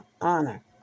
honor